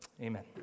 Amen